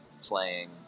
playing